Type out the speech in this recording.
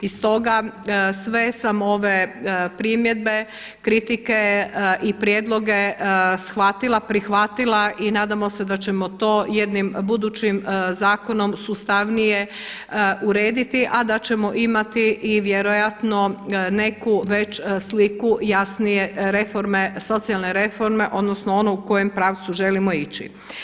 I stoga sve sam ove primjedbe, kritike i prijedloge shvatila, prihvatila i nadamo se da ćemo to jednim budućim zakonom sustavnije urediti, a da ćemo imati i vjerojatno neku već sliku jasnije reforme, socijalne reforme, odnosno ono u kojem pravcu želimo ići.